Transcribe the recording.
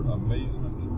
amazement